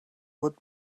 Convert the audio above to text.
would